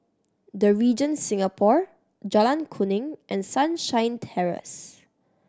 The Regent Singapore Jalan Kuning and Sunshine Terrace